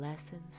Lessons